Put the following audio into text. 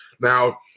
Now